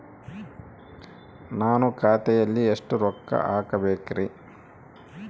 ನಾನು ಖಾತೆಯಲ್ಲಿ ಎಷ್ಟು ರೊಕ್ಕ ಹಾಕಬೇಕ್ರಿ?